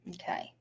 okay